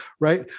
right